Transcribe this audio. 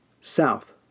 south